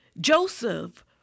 Joseph